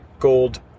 gold